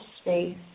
space